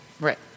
Right